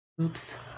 Oops